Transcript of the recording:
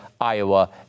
Iowa